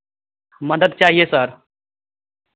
मदद चाहिए सर